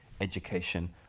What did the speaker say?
education